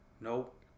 Nope